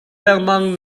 lengmang